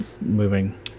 moving